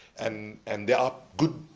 and and there are good,